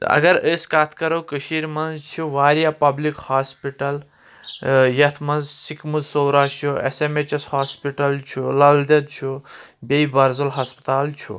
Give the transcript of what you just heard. اگر أسۍ کتھ کرو کٔشیٖر منٛز چھِ واریاہ پبلِک ہاسپِٹل یَتھ منٛز سِکِمٕز صورا چھُ S M H S hospital چھُ لل دؠد چھُ بیٚیہِ بَرزوٚل ہسپتال چھُ